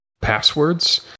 passwords